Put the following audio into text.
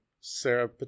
Sarah